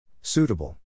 Suitable